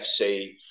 FC